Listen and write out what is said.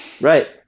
Right